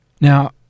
Now